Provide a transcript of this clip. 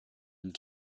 and